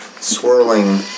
swirling